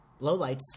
lowlights